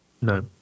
No